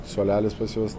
suolelis pas juos